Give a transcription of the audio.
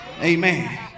Amen